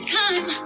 time